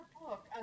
book